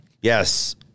Yes